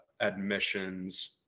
admissions